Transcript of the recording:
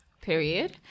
Period